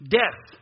death